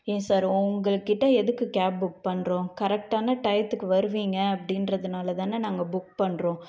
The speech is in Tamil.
ஏன் சார் உங்கள் கிட்டே எதுக்கு கேப் புக் பண்ணுறோம் கரெக்டான டையத்துக்கு வருவீங்க அப்படின்றதுனால தானே நாங்கள் புக் பண்ணுறோம்